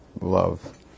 love